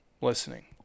listening